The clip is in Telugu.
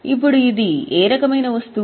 ఇప్పుడు ఇది ఏ రకమైన వస్తువు